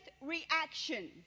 reaction